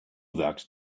that